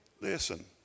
Listen